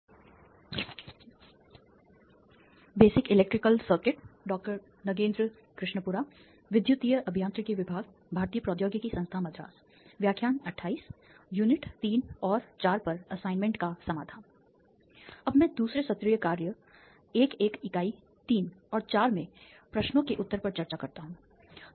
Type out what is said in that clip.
अब मैं दूसरे सत्रीय कार्य 1 1 इकाई 3 और चार में प्रश्नों के उत्तर पर चर्चा करता हूं